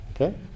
Okay